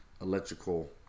electrical